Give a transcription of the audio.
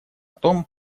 том